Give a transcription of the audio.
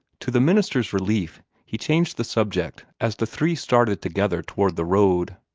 to the minister's relief, he changed the subject as the three started together toward the road.